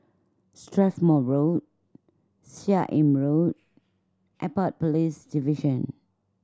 Strathmore Road Seah Im Road Airport Police Division